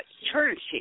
eternity